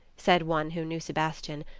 said one who knew sebastian,